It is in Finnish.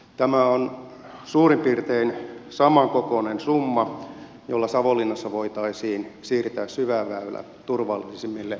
tämä on suurin piirtein samankokoinen summa jolla savonlinnassa voitaisiin siirtää syväväylä turvallisemmille vesille